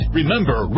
Remember